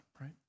right